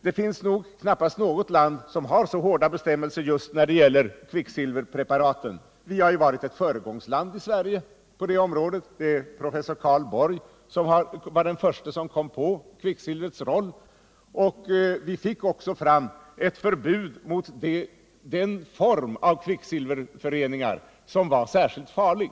Det finns nog trots detta knappast något land som har så hårda bestämmelser som Sverige just när det gäller kvicksilverpreparat. Vi har varit ett föregångsland på det här området. Professor Karl Borg var den förste som kom på kvicksilvrets roll. Vi fick också ett förbud mot den form av kvicksilverföreningar som var särskilt farlig.